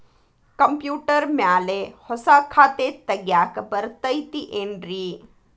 Computer ಮ್ಯಾಲೆ ಹೊಸಾ ಖಾತೆ ತಗ್ಯಾಕ್ ಬರತೈತಿ ಏನ್ರಿ?